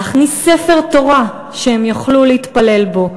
להכניס ספר תורה שהן יוכלו להתפלל בו,